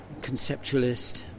Conceptualist